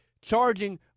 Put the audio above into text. charging